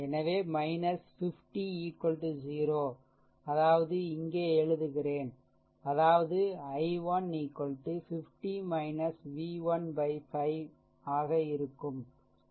எனவே 50 0 அதாவது இங்கே எழுதுகிறேன்அதாவது i1 50 v1 5 ஆக இருக்கும்